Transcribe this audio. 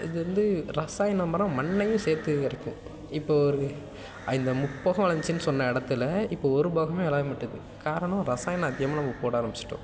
இது வந்து ரசாயணம் மரம் மண்ணையே சேர்த்து அரிக்கும் இப்போது ஒரு இந்த முப்போகம் விளஞ்ச்சினு சொன்ன எடத்தில் இப்போ ஒரு போகமே விளையமாட்டுது காரணம் ரசாயணம் அதிகமாக நம்ம போட ஆரம்பிச்சிட்டோம்